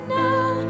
now